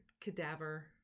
Cadaver